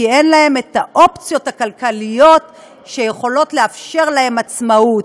כי אין להן האופציות הכלכליות שיכולות לאפשר להן עצמאות.